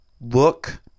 look